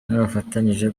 bafatanyije